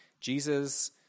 Jesus